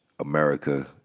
America